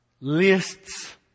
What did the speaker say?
Lists